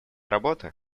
работы